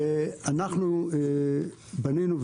אנחנו בנינו,